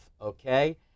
okay